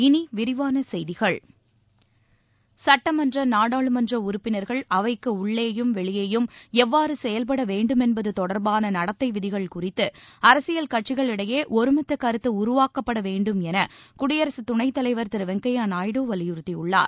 இனிவிரிவானசெய்திகள் வெளியேயும் சட்டமன்ற நாடாளுமன்றுப்பினர்கள் அவைக்குஉள்ளேயும் எவ்வாறுசெயல்படவேண்டுமென்பதுதொடர்பானநடத்தைவிதிகள் குறித்து அரசியல் கட்சிகளிடையேஒருமித்தகருத்துஉருவாக்கப்படவேண்டும் எனகுடியரசுதுணைத் தலைவர் திருவெங்கய்யநாயுடு வலியுறுத்தியுள்ளார்